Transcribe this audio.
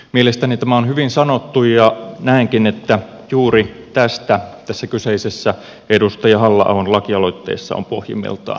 mielestäni tämä on hyvin sanottu ja näenkin että juuri tästä tässä kyseisessä edustaja halla ahon lakialoitteessa on pohjimmiltaan kysymys